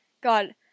God